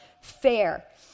fair